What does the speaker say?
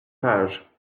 page